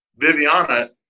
Viviana